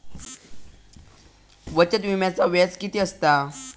बचत विम्याचा व्याज किती असता?